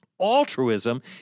Altruism